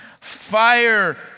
Fire